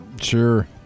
Sure